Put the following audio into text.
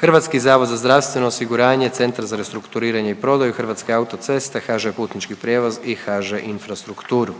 Hrvatski zavod za zdravstveno osiguranje, Centar za restrukturiranje i prodaju, Hrvatske autoceste, HŽ Putnički prijevoz i HŽ Infrastrukturu.